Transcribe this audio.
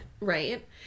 right